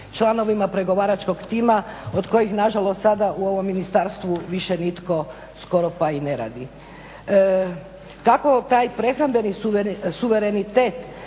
članovima pregovaračkog tima od kojih nažalost sada u ovom ministarstvu više nitko skoro pa i ne radi. Kako taj prehrambeni suverenitet